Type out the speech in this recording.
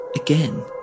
Again